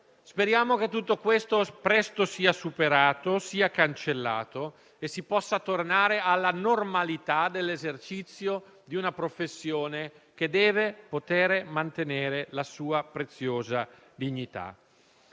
Speriamo che tutto questo presto sia superato, che sia cancellato e che si possa tornare alla normalità dell'esercizio di una professione che deve poter mantenere la sua preziosa dignità.